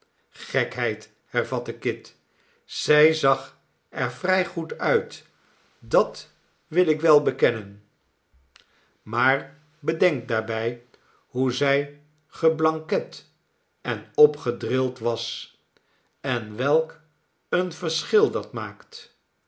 gekheid hervatte kit zij zag er vrij goed uit dat wil ik wel bekennen maar bedenk daarbij hoe zij geblanket en opgedrild was en welk een verschil dat maakt